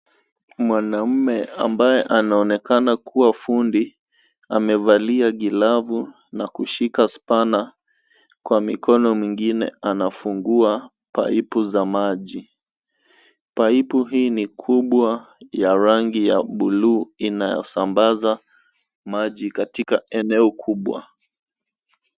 Mwanaume ambaye anaonekana kuwa fundi amevalia glavu na kushika spanner kwa mkono mwingine. Anafungua pipe za maji. Pipe hii ni kubwa ya rangi ya bluu inayosambaza maji katika eneo kubwa.